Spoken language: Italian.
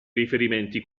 riferimenti